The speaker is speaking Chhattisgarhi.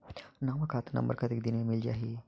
नवा खाता नंबर कतेक दिन मे मिल जाही?